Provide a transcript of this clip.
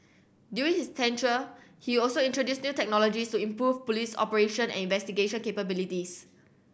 during his tenure he also introduced new technologies to improve police operation and investigation capabilities